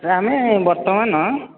ଆମେ ବର୍ତ୍ତମାନ